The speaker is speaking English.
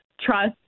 trust